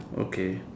okay